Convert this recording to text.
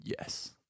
Yes